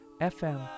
FM